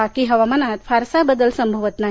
बाकी हवामानात फारसा बदल संभवत नाही